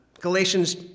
Galatians